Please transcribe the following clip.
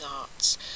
Arts